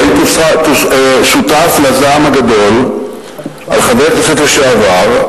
והייתי שותף לזעם הגדול על חבר הכנסת לשעבר,